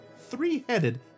Three-Headed